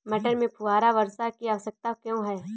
मटर में फुहारा वर्षा की आवश्यकता क्यो है?